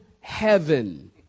heaven